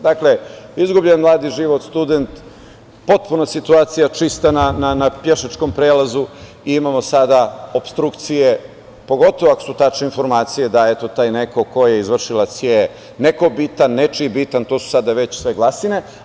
Dakle, izgubljen mladi život, student, potpuno čista situacija na pešačkom prelazu i imamo sada opstrukcije, pogotovo ako su tačne informacije, da taj neko ko je izvršilac je neko bitan, nečiji bitan, to su sada već sve glasine.